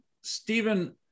Stephen